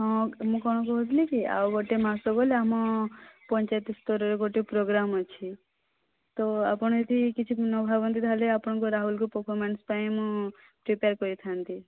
ହଁ ମୁଁ କ'ଣ କହୁଥିଲି କି ଆଉ ଗୋଟେ ମାସ ଗଲେ ଆମ ପଞ୍ଚାୟତ ସ୍ତରରେ ଗୋଟେ ପ୍ରୋଗ୍ରାମ୍ ଅଛି ତ ଆପଣ ଯଦି କିଛି ନ ଭାବନ୍ତି ତାହାଲେ ଆପଣଙ୍କ ରାହୁଲକୁ ପରଫର୍ମାନ୍ସ ପାଇଁ ମୁଁ ପ୍ରିପେୟାର୍ କରିଥାନ୍ତି